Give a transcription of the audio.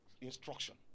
instruction